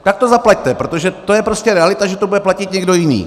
Tak to zaplaťte, protože to je prostě realita, že to bude platit někdo jiný.